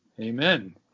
amen